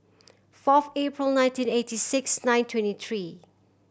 fourth April nineteen eighty six nine twenty three